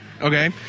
Okay